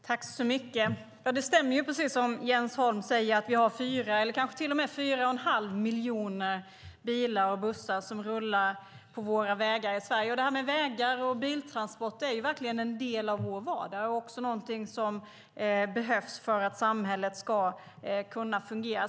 Herr talman! Det stämmer som Jens Holm säger att vi har fyra eller kanske till och med fyra och en halv miljon bilar och bussar som rullar på våra vägar i Sverige. Vägar och biltransporter är verkligen en del av vår vardag. Det är också någonting som behövs för att samhället ska kunna fungera.